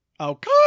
okay